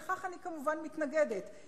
ולכך אני כמובן מתנגדת.